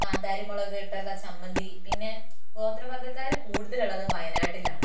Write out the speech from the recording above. കാന്താരി മുളകിട്ടുള്ള ചമ്മന്തി പിന്നെ ഗോത്രവർഗ്ഗക്കാര് കൂടുതലുള്ളതും വയനാട്ടിലാണ്